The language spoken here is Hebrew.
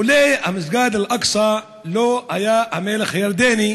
לולי מסגד אל-אקצא לא היה המלך הירדני